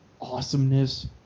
awesomeness